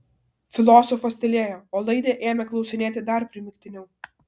filosofas tylėjo o laidė ėmė klausinėti dar primygtiniau